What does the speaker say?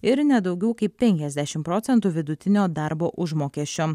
ir ne daugiau kaip penkiasdešim procentų vidutinio darbo užmokesčio